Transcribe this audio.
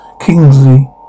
Kingsley